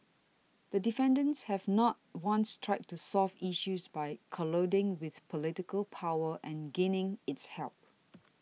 the defendants have not once tried to solve issues by colluding with political power and gaining its help